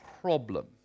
problem